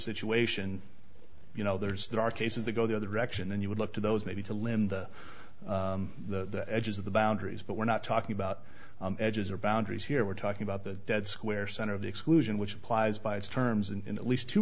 situation you know there's there are cases that go the other direction and you would look to those maybe to limb the the edges of the boundaries but we're not talking about edges or boundaries here we're talking about the dead square center of the exclusion which applies by its terms in at least two